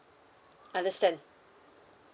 understand